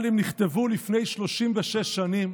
אבל הם נכתבו לפני 36 שנים,